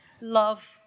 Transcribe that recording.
Love